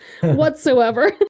whatsoever